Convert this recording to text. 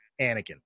Anakin